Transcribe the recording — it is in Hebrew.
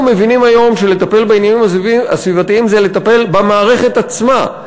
אנחנו מבינים היום שלטפל בעניינים הסביבתיים זה לטפל במערכת עצמה,